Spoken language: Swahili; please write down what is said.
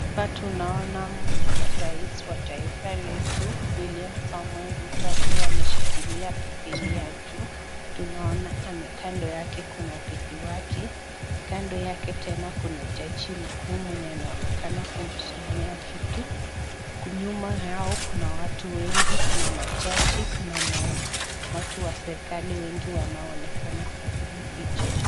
Hapa tunaona Rais wa taifa letu William Samoei Ruto akiwa ameshikilia bibilia juu. Tunaona kando yake kuna bibi wake, kando yake tena kuna jaji mkuu mwenye anaonekana kumsomea kitu. Nyuma yao kuna watu wengi, kuna majaji, kuna watu wa serikali wengi wanaonekana kwa hili picha.